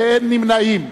ואין נמנעים.